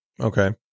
okay